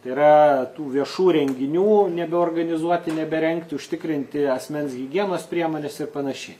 tai yra tų viešų renginių nebeorganizuoti neberengti užtikrinti asmens higienos priemones ir panašiai